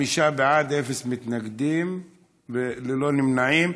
חמישה בעד, אין מתנגדים וללא נמנעים.